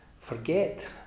forget